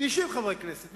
90 חברי כנסת.